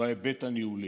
בהיבט הניהולי.